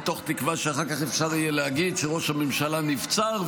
מתוך תקווה שאחר כך אפשר יהיה להגיד שראש הממשלה נבצר,